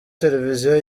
televiziyo